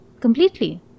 Completely